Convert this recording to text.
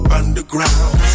underground